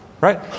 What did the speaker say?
right